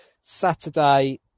Saturday